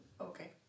Okay